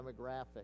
demographic